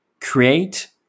create